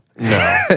No